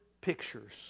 pictures